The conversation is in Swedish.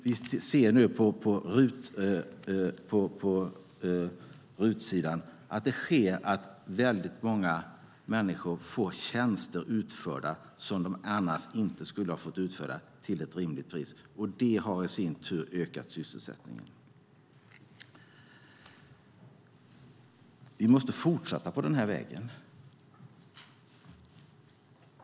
Vi ser nu på RUT-sidan att väldigt många människor får tjänster utförda som de annars inte skulle ha fått utförda till ett rimligt pris. Det har i sin tur ökat sysselsättningen. Vi måste fortsätta på den här vägen.